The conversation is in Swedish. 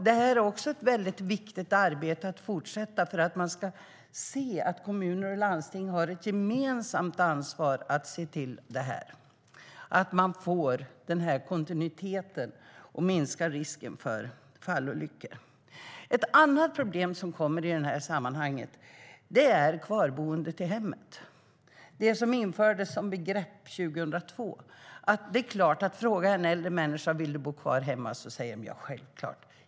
Det är ett väldigt viktigt arbete att fortsätta. Man måste se att kommuner och landsting har ett gemensamt ansvar att se till att man får en kontinuitet och minskar risken för fallolyckor. Ett annat problem i sammanhanget är kvarboendet i hemmet. Det infördes som begrepp 2002. Det är klart att om man frågar en äldre människa: Vill du bo kvar hemma? säger den självklart ja.